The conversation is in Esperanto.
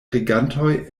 regantoj